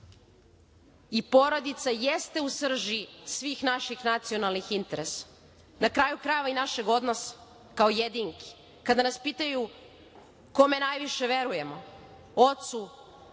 budućnosti. Porodica jeste u srži svih naših nacionalnih interesa i na kraju krajeva i našeg odnosa kao jedinki. Kada nas pitaju kome najviše verujemo, ocu,